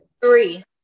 three